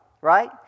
right